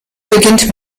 beginnt